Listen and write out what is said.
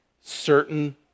certain